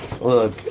Look